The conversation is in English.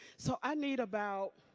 so i need about